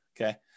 okay